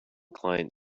client